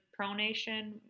pronation